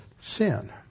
sin